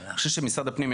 אני חושב שמשרד הפנים,